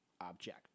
object